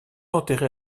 enterré